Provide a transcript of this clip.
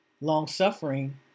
Long-suffering